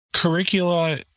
Curricula